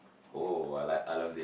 oh I like I love this